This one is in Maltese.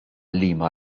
liema